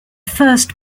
first